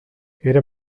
era